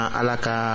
alaka